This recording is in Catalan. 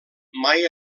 mai